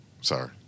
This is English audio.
Sorry